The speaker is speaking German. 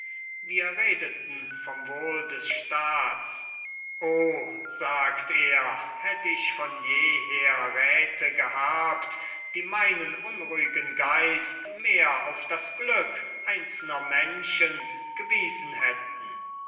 wir redeten vom wohl des staats oh sagt er hätt ich von jeher räte gehabt die meinen unruhigen geist mehr auf das glück einzelner menschen gewiesen hätten